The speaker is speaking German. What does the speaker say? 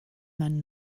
man